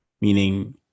Meaning